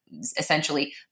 essentially